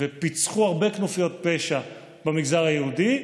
ופיצחו הרבה כנופיות פשע במגזר היהודי,